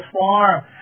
farm